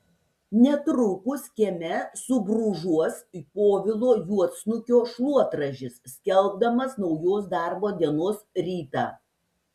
netrukus kieme subrūžuos povilo juodsnukio šluotražis skelbdamas naujos darbo dienos rytą